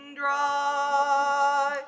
dry